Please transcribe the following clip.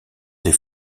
des